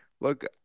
look